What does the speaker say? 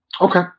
Okay